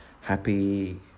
happy